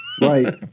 Right